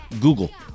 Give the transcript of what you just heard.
Google